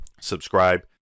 subscribe